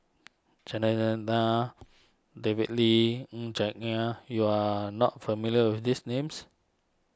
Chandran Nair David Lee Ng Chuan Yat you are not familiar with these names